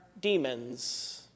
demons